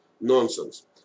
nonsense